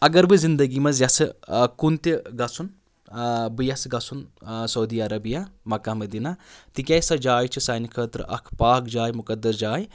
اگر بہٕ زِندٕگی منٛز یَژھٕ کُن تہِ گَژھُن بہٕ یَژھٕ گَژھُن سعودی عربیا مکہ مدیٖنہ تِکیازِ سۄ جاے چھَ سانہِ خٲطرٕ اَکھ پاک جاے مُقَدَس جاے